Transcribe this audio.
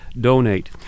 donate